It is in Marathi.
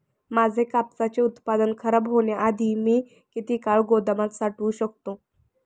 माझे कापसाचे उत्पादन खराब होण्याआधी मी किती काळ गोदामात साठवू शकतो?